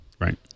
right